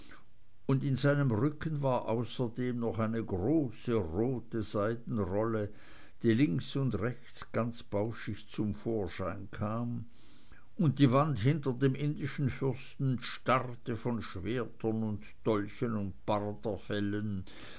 und in seinem rücken war außerdem noch eine große rote seidenrolle die links und rechts ganz bauschig zum vorschein kam und die wand hinter dem indischen fürsten starrte von schwertern und dolchen und